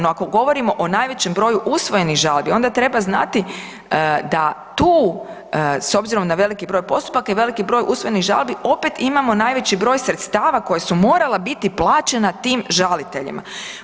No ako govorimo o najvećem broju usvojenih žalbi onda treba znati da tu s obzirom na veliki broj postupaka i velikih broj usvojenih žalbi opet imamo najveći broj sredstava koja su morala biti plaćena tim žaliteljima.